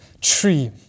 tree